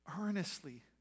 earnestly